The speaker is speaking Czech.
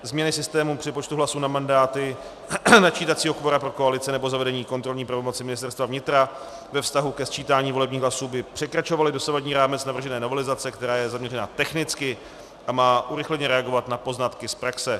Změny systému přepočtu hlasů na mandáty, načítacího kvora pro koalice nebo zavedení kontrolní pravomoci Ministerstva vnitra ve vztahu ke sčítání volebních hlasů by překračovaly dosavadní rámec navržené novelizace, která je zaměřena technicky a má urychleně reagovat na poznatky z praxe.